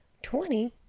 twenty,